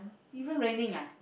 even raining ah